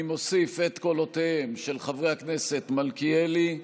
אני מוסיף את קולותיהם של חברי הכנסת מלכיאלי,